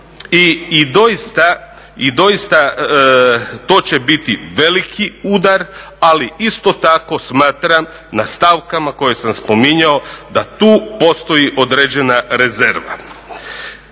i doista to će biti veliki udar, ali isto tako smatram na stavkama koje sam spominjao da tu postoji određena rezerva.